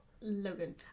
Logan